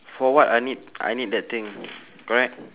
for what I need I need that thing correct